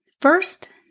First